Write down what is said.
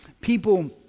People